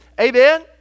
Amen